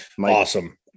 Awesome